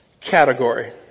category